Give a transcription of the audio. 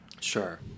Sure